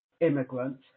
immigrants